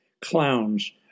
clowns